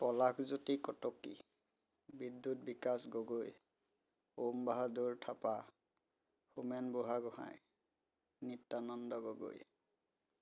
Palashjyoti Kotoki Bidyut Bikash Gogoi Om Bahadur Thapa Homen Burhagohain Nityananda Gogoi